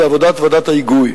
אלא עבודת ועדת ההיגוי